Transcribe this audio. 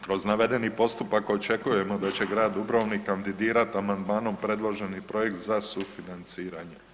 Kroz navedeni postupak očekujemo da će Grad Dubrovnik kandidirati amandmanom predloženi projekt za sufinanciranje.